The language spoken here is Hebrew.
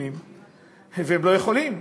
והם לא יכולים,